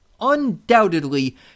undoubtedly